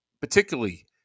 particularly